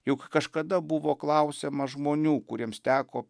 juk kažkada buvo klausiama žmonių kuriems teko